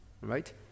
right